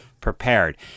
prepared